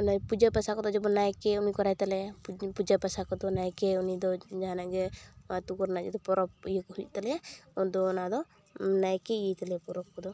ᱚᱱᱮ ᱯᱩᱡᱟᱹ ᱯᱟᱭᱥᱟ ᱠᱚᱫᱚ ᱡᱮᱢᱚᱱ ᱱᱟᱭᱠᱮ ᱩᱱᱤᱭ ᱠᱚᱨᱟᱭ ᱛᱟᱞᱮᱭᱟ ᱯᱩᱡᱟᱹ ᱯᱟᱭᱥᱟ ᱠᱚᱫᱚ ᱱᱟᱭᱠᱮ ᱩᱱᱤᱫᱚ ᱡᱟᱦᱟᱱᱟᱜ ᱜᱮ ᱟᱹᱛᱩ ᱠᱚ ᱨᱮᱱᱟᱜ ᱡᱩᱫᱤ ᱯᱚᱨᱚᱵᱽ ᱤᱭᱟᱹᱠᱚ ᱦᱩᱭᱩᱜ ᱛᱟᱞᱮᱭᱟ ᱩᱱᱫᱚ ᱚᱱᱟᱫᱚ ᱱᱟᱭᱠᱮ ᱤᱭᱟᱹᱭ ᱛᱟᱞᱮᱭᱟ ᱯᱚᱨᱚᱵᱽ ᱠᱚᱫᱚ